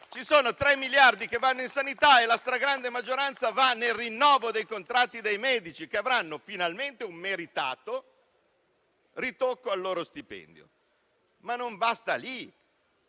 Ci sono 3 miliardi che vanno in sanità e la stragrande maggioranza va nel rinnovo dei contratti dei medici che avranno finalmente un meritato ritocco al loro stipendio. Non basta; le